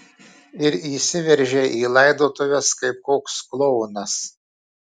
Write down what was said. ir įsiveržei į laidotuves kaip koks klounas